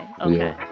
okay